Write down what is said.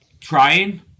Trying